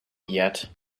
yet